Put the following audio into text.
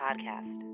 podcast